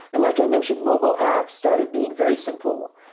and like i mentioned, mobile apps started being very simple,